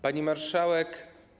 Pani Marszałek!